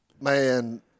Man